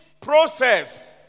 process